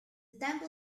temple